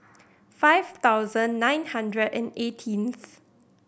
five thousand nine hundred and eighteenth